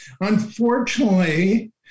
Unfortunately